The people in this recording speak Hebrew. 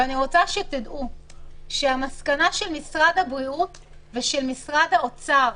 אני רוצה שתדעו שהמסקנה של משרד הבריאות ושל משרד האוצר